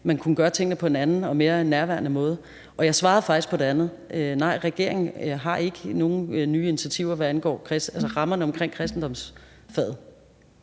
man kunne gøre tingene på en anden og mere nærværende måde. Jeg svarede faktisk på det andet: Nej, regeringen har ikke nogen nye initiativer, hvad angår rammerne omkring kristendomsfaget.